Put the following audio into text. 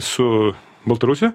su baltarusija